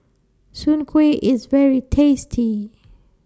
Soon Kway IS very tasty